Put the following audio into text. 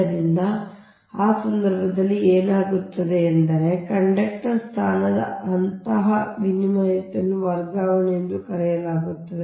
ಆದ್ದರಿಂದ ಆ ಸಂದರ್ಭದಲ್ಲಿ ಏನಾಗುತ್ತದೆ ಎಂದರೆ ಕಂಡಕ್ಟರ್ ಸ್ಥಾನದ ಅಂತಹ ವಿನಿಮಯವನ್ನು ವರ್ಗಾವಣೆ ಎಂದು ಕರೆಯಲಾಗುತ್ತದೆ